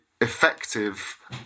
effective